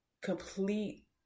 complete